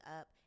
up